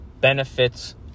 benefits